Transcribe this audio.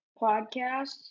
podcasts